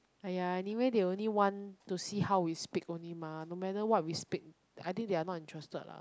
!aiya! anyway they only want to see how we speak only mah no matter what we speak I think they are not interested lah